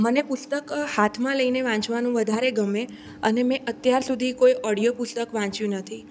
મને પુસ્તક હાથમાં લઈને વાંચવાનું વધારે ગમે અને મેં અત્યાર સુધી કોઈ ઓડિયો પુસ્તક વાંચ્યું નથી